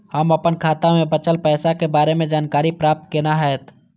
हम अपन खाता में बचल पैसा के बारे में जानकारी प्राप्त केना हैत?